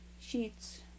Sheets